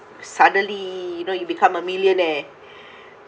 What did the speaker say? suddenly you know you become a millionaire